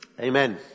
Amen